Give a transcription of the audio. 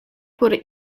por